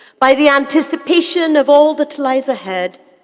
by the anticipation of all that lies ahead,